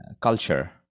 culture